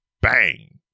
Bang